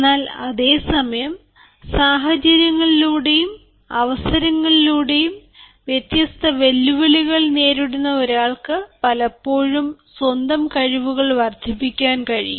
എന്നാൽ അതേ സമയം സാഹചര്യങ്ങളിലൂടെയും അവസരങ്ങളിലൂടെയും വ്യത്യസ്ത വെല്ലുവിളികൾ നേരിടുന്ന ഒരാൾക്ക് പലപ്പോഴും സ്വന്തം കഴിവുകൾ വർദ്ധിപ്പിക്കാൻ കഴിയും